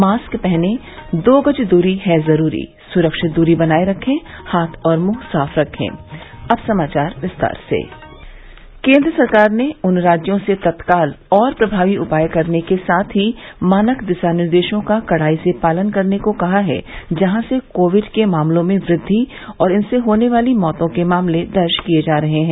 mask पहनें दो गज दूरी है जरूरी सुरक्षित दूरी बनाये रखें हाथ और मुंह साफ रखें केंद्र सरकार ने उन राज्यों से तत्काल और प्रभावी उपाय करने के साथ ही मानक दिशा निर्देशों का कडाई से पालन करने को कहा है जहां से कोविड के मामलों में वृद्धि और इनसे होने वाली मौतों के मामले दर्ज किए जा रही है